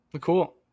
Cool